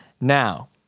Now